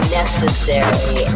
necessary